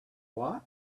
what